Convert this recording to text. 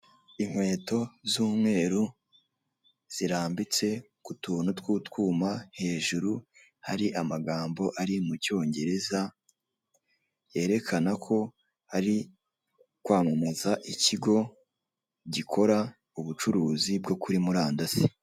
Inkweto z'umweru zirambitse ku tuntu tw'utwuma, hejuru hari amagambo ari mu cyongereza, yerekana ko hari kwamamaza ikigo gikora ubucuruzi bwo kuri murandasi.